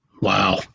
Wow